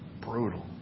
Brutal